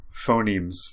Phonemes